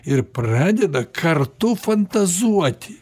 ir pradeda kartu fantazuoti